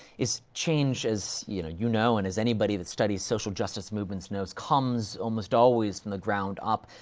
is change as, you know, you know, and as anybody that studies social justice movements knows, comes, almost always, from the ground up.